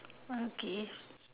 okay